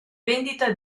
vendita